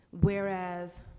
whereas